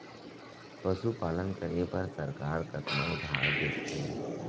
पशुपालन करे बर सरकार कतना उधार देथे?